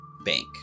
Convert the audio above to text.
bank